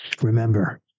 remember